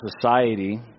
society